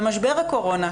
במשבר הקורונה,